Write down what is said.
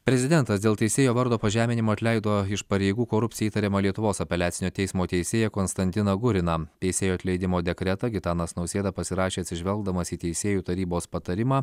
prezidentas dėl teisėjo vardo pažeminimo atleido iš pareigų korupcijai įtariamą lietuvos apeliacinio teismo teisėją konstantiną guriną teisėjo atleidimo dekretą gitanas nausėda pasirašė atsižvelgdamas į teisėjų tarybos patarimą